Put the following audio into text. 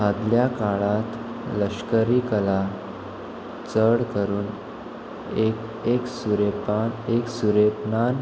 आदल्या काळांत लश्करी कला चड करून एक एक सुरेपान एक सुरेपान